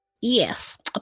Yes